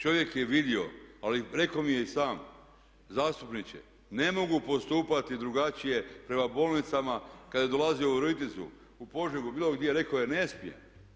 Čovjek je vidio, ali rekao mi je i sam zastupniče ne mogu postupati drugačije prema bolnicama kada je dolazio u Viroviticu, u Požegu, bilo gdje, rekao je ne smijem.